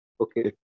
Okay